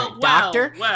doctor